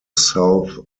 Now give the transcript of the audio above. south